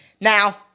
Now